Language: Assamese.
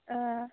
অঁ